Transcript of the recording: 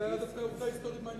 זה היה דווקא עובדה היסטורית מעניינת.